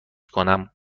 کنم